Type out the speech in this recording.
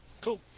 Cool